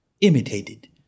Imitated